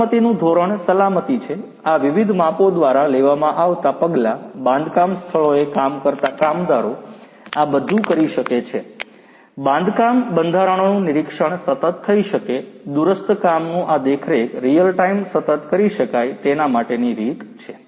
સલામતીનું ધોરણ સલામતી છે આ વિવિધ માપો દ્વારા લેવામાં આવતા પગલાં બાંધકામ સ્થળોએ કામ કરતા કામદારો આ બધુ કરી શકે છે બાંધકામ બંધારણોનું નિરીક્ષણ સતત થઇ શકે દૂરસ્થ કામનું આ દેખરેખ રીઅલ ટાઇમ સતત કરી શકાય તેના માટેની રીત છે